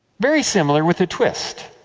very similar, with a twist.